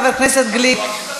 חבר הכנסת גליק,